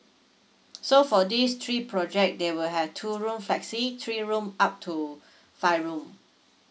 so for these three project there will have two room flexi three room up to five room